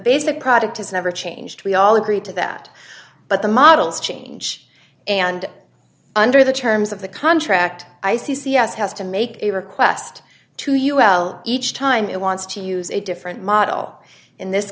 basic product has never changed we all agree to that but the models change and under the terms of the contract i c c s has to make a request to ul each time it wants to use a different model in this